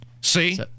see